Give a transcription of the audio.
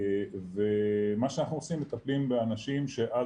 מה שאנחנו עושים מטפלים באנשים שהיו